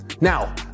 Now